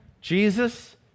Jesus